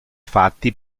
fatti